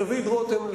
דוד רותם,